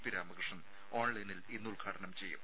P Ramakrishnan ഓൺലൈനിൽ ഇന്ന് ഉദ്ഘാടനം ചെയ്യും